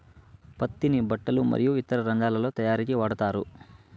పత్తిని బట్టలు మరియు ఇతర రంగాలలో తయారీకి వాడతారు